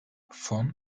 fon